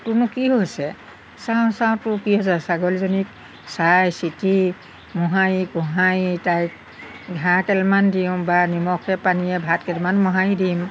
তোৰনো কি হৈছে চাওঁ চাওঁতো কি হৈছে ছাগলীজনীক চাইচিতি মুহাৰি কোঁহাৰি তাইক ঘাঁহকেইডামান দিওঁ বা নিমখে পানীয়ে ভাতকেইটামান মোহাৰি দিম